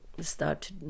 start